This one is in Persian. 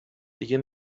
دیگه